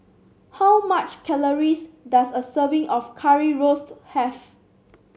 how much calories does a serving of Currywurst have